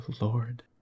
lord